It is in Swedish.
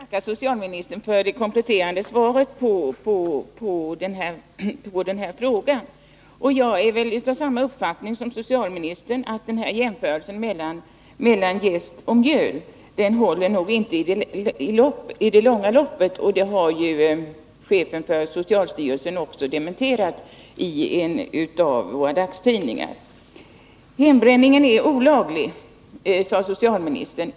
Herr talman! Jag ber att få tacka socialministern för det kompletterande svaret på min fråga. Jag har samma uppfattning som socialministern om jämförelserna när det gäller försäljningen av jäst och mjöl. Slutsatserna av dessa håller inte i det långa loppet, och det har också chefen för socialstyrelsen understrukit i en av våra dagstidningar. Hembränningen är olaglig, sade socialministern.